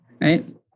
Right